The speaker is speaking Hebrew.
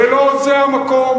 ולא זה המקום,